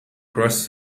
across